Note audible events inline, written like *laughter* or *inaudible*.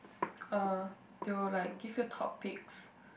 *noise* uh they will like give you topics